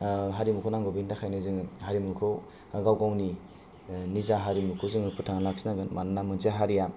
हारिमुखौ नांगौ बिनि थाखायनो जोङो हारिमुखौ गाव गावनि निजा हारिमुखौ जोङो फोथांनानै लाखिनांगोन मानोना मोनसे हारिआ